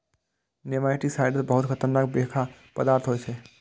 nematicides बहुत खतरनाक बिखाह पदार्थ होइ छै